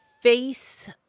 face